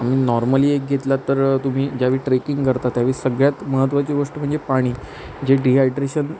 आणि नॉर्मली एक घेतलंत तर तुम्ही ज्यावेळी ट्रेकिंग करता त्यावेळी सगळ्यात महत्त्वाची गोष्ट म्हणजे पाणी जे डिहायड्रेशन